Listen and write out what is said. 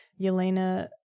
Yelena